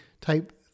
type